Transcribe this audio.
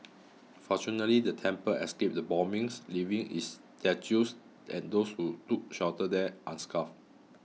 fortunately the temple escaped the bombings leaving its statues and those who took shelter there unscathed